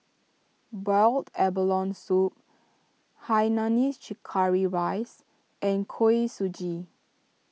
Boiled Abalone Soup Hainanese Curry Rice and Kuih Suji